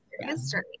history